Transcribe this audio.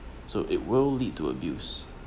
so it will lead to abuse